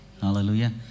Hallelujah